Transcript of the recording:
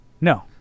No